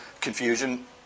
Confusion